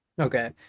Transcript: Okay